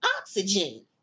Oxygen